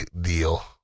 deal